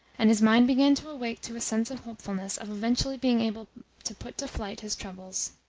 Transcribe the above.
and his mind begin to awake to a sense of hopefulness of eventually being able to put to flight his troubles.